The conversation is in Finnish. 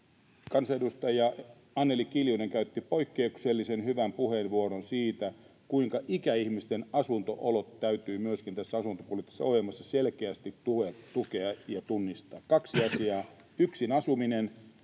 Kansanedustaja Anneli Kiljunen käytti poikkeuksellisen hyvän puheenvuoron siitä, kuinka ikäihmisten asunto-oloja täytyy myöskin tässä asuntopoliittisessa ohjelmassa selkeästi tukea ja tunnistaa. Kaksi asiaa: Yksin asuminen,